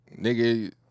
nigga